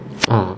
orh